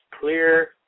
clear